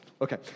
Okay